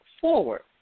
forward